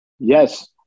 Yes